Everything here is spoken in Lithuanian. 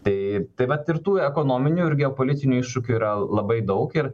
tai tai va tvirtų ekonominių ir geopolitinių iššūkių yra labai daug ir